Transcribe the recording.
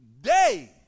day